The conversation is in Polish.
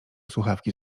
słuchawki